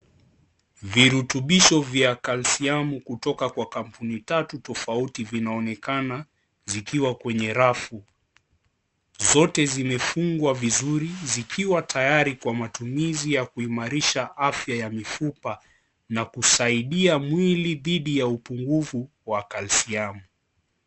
Virutubisho vya kalsiamu kutoka kwa kampuni tatu tofauti vinaonekana zikiwa kwenye rafu. Zote zimefungwa vizuri, zikiwa tayari kwa matumizi ya kuimarisha afya ya mifupa na kusaidia mwili dhidi ya upungufu wa kalsiamu.